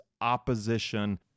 opposition